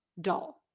dull